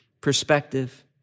perspective